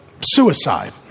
suicide